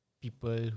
People